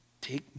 take